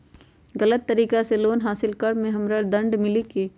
गलत तरीका से लोन हासिल कर्म मे हमरा दंड मिली कि?